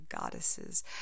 goddesses